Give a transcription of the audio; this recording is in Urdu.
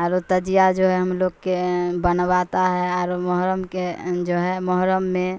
اور تعزیہ جو ہے ہم لوگ کے بنواتا ہے اور محرم کے جو ہے محرم میں